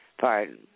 Pardon